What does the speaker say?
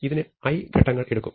ഇതിന് i ഘട്ടങ്ങൾ എടുക്കും